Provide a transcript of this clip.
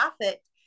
profit